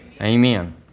Amen